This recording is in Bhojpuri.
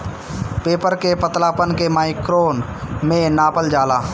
पेपर के पतलापन के माइक्रोन में नापल जाला